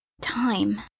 time